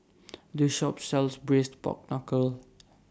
This Shop sells Braised Pork Knuckle